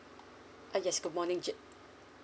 ah yes good morning je~